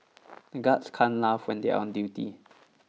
the guards can't laugh when they are on duty